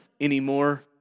anymore